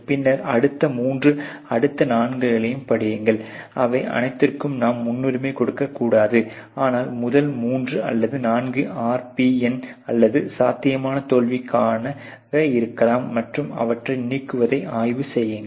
பின்னர் அடுத்த மூன்று அல்லது அடுத்த நான்கையும் படியுங்கள் அவை அனைத்திற்கும் நாம் முன்னுரிமை கொடுக்கக்கூடாது ஆனால் முதல் 3 அல்லது 4 RPN அல்லது சாத்தியமான தோல்வியாக இருக்கலாம் மற்றும் அவற்றை நீக்குவதை ஆய்வு செய்யுங்கள்